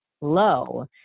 low